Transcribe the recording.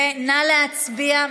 נא להצביע.